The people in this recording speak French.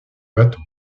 bâton